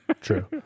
True